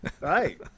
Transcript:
Right